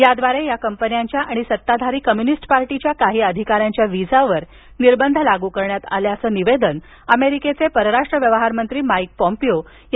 याद्वारे या कंपन्यांच्या आणि सत्ताधारी कम्युनिस्ट पार्टीच्या काही अधिकाऱ्यांच्या व्हिसावर निर्बंध लागू केले असल्याचं निवेदन अमेरिकेचे परराष्ट्र व्यवहार मंत्री माईक पोम्पिओ यांनी काल प्रसिद्ध केलं